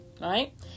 right